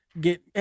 get